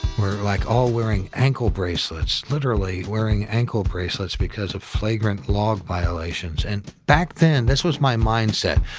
we're like all wearing ankle bracelets, literally wearing ankle bracelets because of flagrant log violations. and back then, this was my mindset.